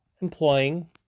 employing